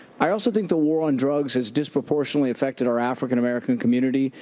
i also think the war on drugs has disproportionately affected our african-american community,